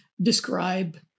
describe